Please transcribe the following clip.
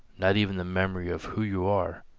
not even the memory of who you are.